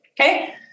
Okay